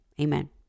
Amen